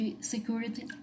security